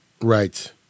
Right